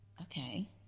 Okay